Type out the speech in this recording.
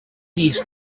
these